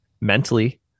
mentally